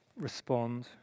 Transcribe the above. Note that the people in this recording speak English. respond